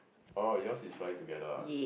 oh yours is flying together ah